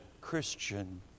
Christian